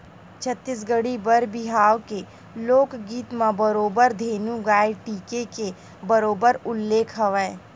छत्तीसगढ़ी बर बिहाव के लोकगीत म बरोबर धेनु गाय टीके के बरोबर उल्लेख हवय